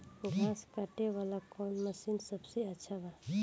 घास काटे वाला कौन मशीन सबसे अच्छा बा?